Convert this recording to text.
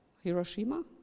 Hiroshima